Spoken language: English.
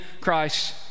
Christ